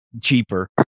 cheaper